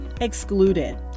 excluded